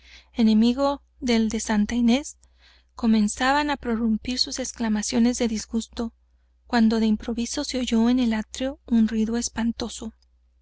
enemigo del de santa inés comenzaban á prorrumpir en exclamaciones de disgusto cuando de improviso se oyó en el átrio un ruido